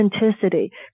authenticity